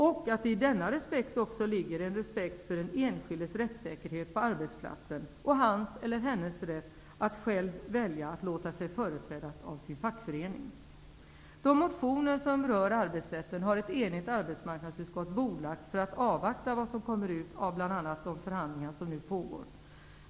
Jag hoppas att i denna respekt också ligger en respekt för den enskildes rättssäkerhet på arbetsplatsen och hans eller hennes rätt att själv välja att låta sig företrädas av sin fackförening. De motioner som rör arbetsrätten har ett enigt arbetsmarknadsutskott bordlagt för att avvakta vad som kommer ut av bl.a. de förhandlingar som nu pågår.